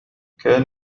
كان